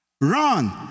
Run